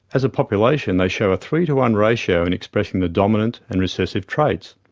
as a population they show a three to one ratio in expressing the dominant and recessive traits.